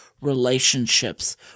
relationships